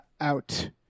out